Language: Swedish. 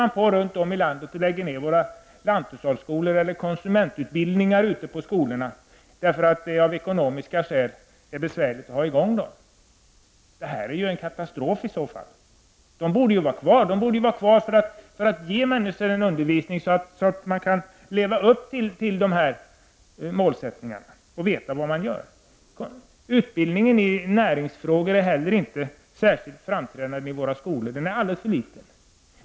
Nu läggs lanthushållsskolor och konsumentutbildningar ned runt om i landet. Det sker därför att det av ekonomiska skäl är svårt att driva dem. Det är, som jag ser det, en katastrof. Dessa utbildningar borde finnas kvar för att ge människor erforderliga kunskaper. Utbildningen i näringsfrågor är inte heller särskilt framträdande i våra skolor utan tvärtom alldeles för liten.